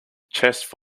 chest